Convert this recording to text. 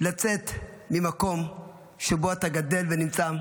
לצאת ממקום שבו אתה גדל ונמצא,